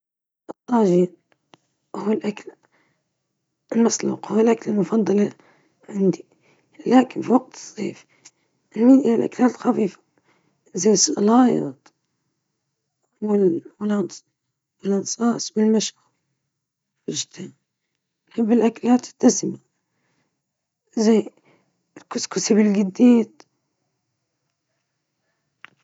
طعامي المفضل هو المكرونة بكل أنواعها، خاصة مع الصلصات المختلفة، لا تختلف الإجابة كثيرًا خلال السنة؛ أحبها في كل الفصول.